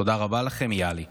תודה רבה לכם, יהלי.